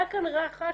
היה כאן רחש,